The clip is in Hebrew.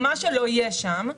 או מה שלא יהיה שם,